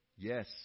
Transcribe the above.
Yes